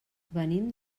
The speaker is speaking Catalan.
venim